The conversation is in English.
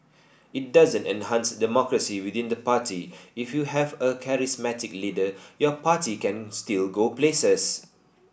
it doesn't enhance democracy within the party if you have a charismatic leader your party can still go places